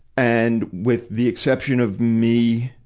and with the exception of me,